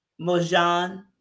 Mojan